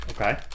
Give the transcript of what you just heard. Okay